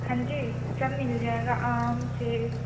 हाँ जी सब मिल जाएगा आम सेब